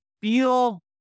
feel